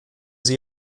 sie